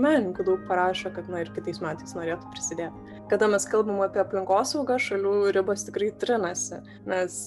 menininkų daug parašo kad na ir kitais metais norėtų prisidėt kada mes kalbam apie aplinkosaugą šalių ribos tikrai trinasi nes